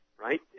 right